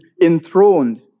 enthroned